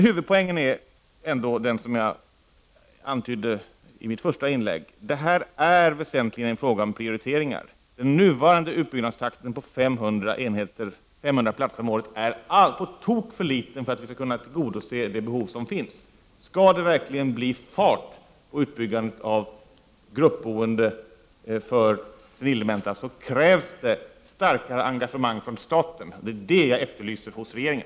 Huvudpoängen är ändå det jag antydde i mitt första inlägg: detta är väsentligen en fråga om prioriteringar. Den nuvarande utbyggnadstakten på 500 platser om året är på tok för låg för att vi skall tillgodose det behov som finns. Skall det verkligen bli fart på utbyggnaden av gruppboende för senildementa krävs ett starkt engagemang från staten. Det är det jag efterlyser hos regeringen.